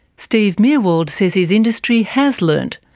steve meewarld says his industry has learnt,